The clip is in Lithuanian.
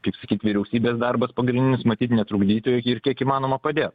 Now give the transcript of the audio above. kaip sakyt vyriausybės darbas pagrindinis matyt netrukdyti ir kiek įmanoma padėt